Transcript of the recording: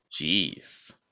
Jeez